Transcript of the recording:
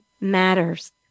matters